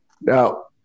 Now